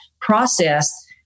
process